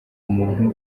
muntu